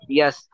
yes